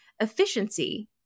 Efficiency